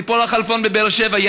ציפורה חלפון בבאר שבע,